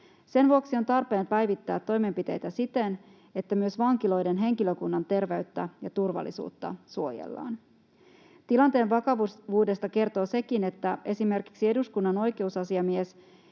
Sen vuoksi on tarpeen päivittää toimenpiteitä siten, että myös vankiloiden henkilökunnan terveyttä ja turvallisuutta suojellaan. Tilanteen vakavuudesta kertoo sekin, että esimerkiksi eduskunnan oikeusasiamies,